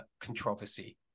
controversy